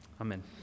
Amen